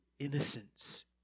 innocence